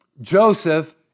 Joseph